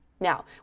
Now